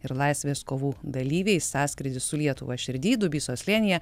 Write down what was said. ir laisvės kovų dalyviai sąskrydis su lietuva širdy dubysos slėnyje